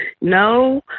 No